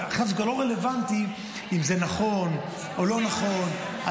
זה לא רלוונטי אם זה נכון או לא נכון,